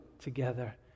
Together